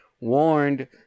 Warned